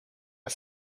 are